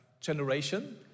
generation